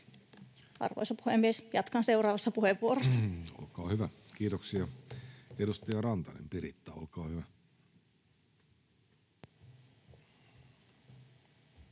Arvoisa puhemies, jatkan seuraavassa puheenvuorossa. Olkaa hyvä. Kiitoksia. — Edustaja Rantanen, Piritta, olkaa hyvä.